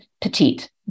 petite